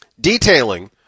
Detailing